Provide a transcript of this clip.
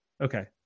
Okay